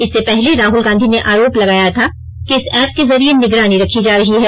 इससे पहले राहुल गांधी ने आरोप लगाया था कि इस ऐप के जरिये निगरानी रखी जा रही है